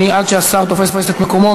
עד שהשר תופס את מקומו,